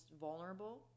vulnerable